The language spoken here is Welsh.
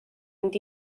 fynd